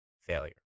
failure